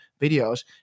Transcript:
videos